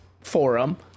forum